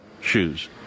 shoes